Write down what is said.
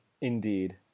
indeed